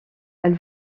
elle